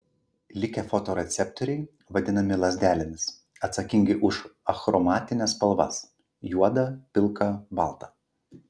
likę fotoreceptoriai vadinami lazdelėmis atsakingi už achromatines spalvas juodą pilką baltą